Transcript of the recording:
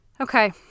Okay